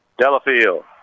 Delafield